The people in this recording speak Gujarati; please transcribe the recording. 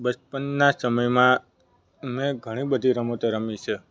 બચપનના સમયમાં મેં ઘણી બધી રમતો રમી છે